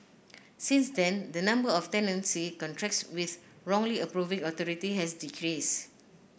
since then the number of tenancy contracts with wrong approving authority has decreased